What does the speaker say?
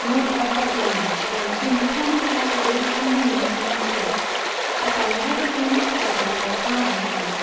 nor by that of romans, for they seemed determined to let the race and name become extinct but by whatever name he called them, their crime, he said,